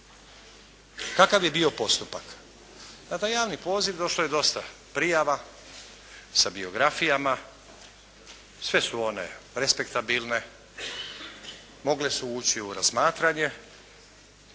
Kakav je bio postupak? Na taj javni poziv došlo je dosta prijava sa biografijama. Sve su one respektabilne, mogle su ući u razmatranje,